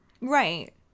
Right